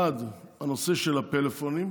1. הנושא של הפלאפונים,